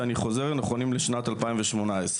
שאני חוזר שנכונים לשנת 2018,